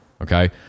Okay